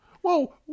Whoa